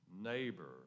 neighbor